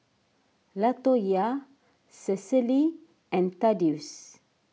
Latoyia Cecily and Thaddeus